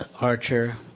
Archer